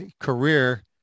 career